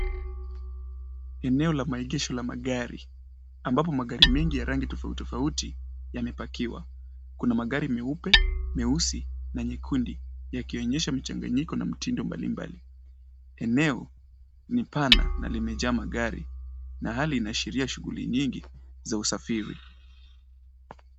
Eneo la maegesho la magari ambapo magari mengi ya rangi tofauti tofauti yamepackiwa . Kuna magari meupe, meusi na nyekundu yakionyesha mchanganyiko na mtindo mbalimbali. Eneo ni pana na limejaa magari na hali inaashiria shughuli nyingi za usafiri.